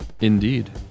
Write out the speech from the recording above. Indeed